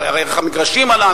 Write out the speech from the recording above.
ערך המגרשים עלה,